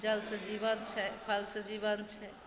जलसे जीवन छै फलसे जीवन छै